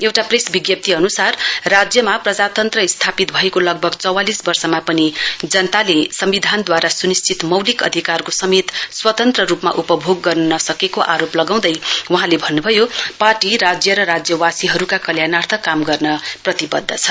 एउटा प्रेस विज्ञप्ती अनूसार राज्यमा प्रजातन्त्र भएको लगभग चौंवालिस वर्षमा पनि जनताले सम्विधानद्वारा सुनिश्चित मौलिक अधिकारको समेत स्वतन्त्र रुपमा उपभोग गर्न नसकेको आरोप लगाउँदै वहाँले भन्नुभयो पार्टी राज्य र राज्यवासीहरुका कल्याणार्थ काम गर्न प्रतिवध्द छ